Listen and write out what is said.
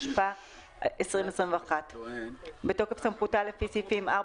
התשפ"א 2021 בתוקף סמכותה לפי סעיפים 4,